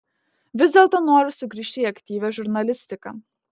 vis dėlto noriu sugrįžti į aktyvią žurnalistiką